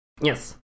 Yes